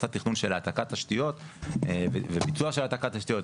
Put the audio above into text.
קצת תכנון של העתקת תשתיות וביצוע של העתקת תשתיות,